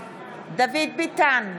דוד ביטן,